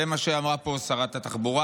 זה מה שאמרה פה שרת התחבורה.